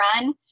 run